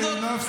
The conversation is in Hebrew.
לרדת,